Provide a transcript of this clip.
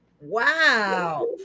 Wow